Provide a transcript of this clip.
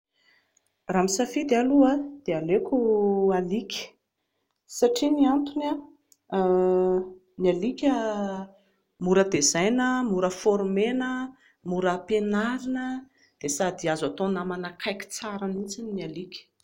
Raha misafidy aho aloha dia aleoko alika, satria ny antony a, ny alika mora tezaina, mora former-na, mora ampianarina, dia sady azo hatao namana akaiky tsara mihintsy ny alika